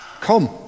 Come